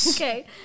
Okay